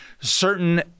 certain